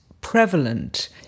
prevalent